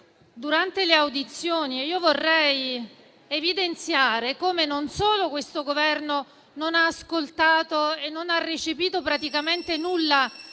durante le audizioni. Vorrei evidenziare come non solo questo Governo non abbia ascoltato e non abbia recepito praticamente nulla